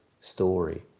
story